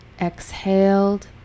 exhaled